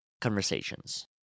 conversations